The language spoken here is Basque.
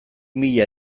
mila